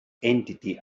entity